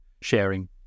sharing